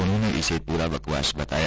उन्होंने इसे पूरा बकवास बताया